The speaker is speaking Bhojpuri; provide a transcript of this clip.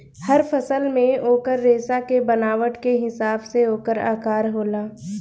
हर फल मे ओकर रेसा के बनावट के हिसाब से ओकर आकर होला